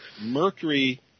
mercury